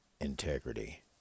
Integrity